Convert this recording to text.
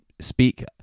speak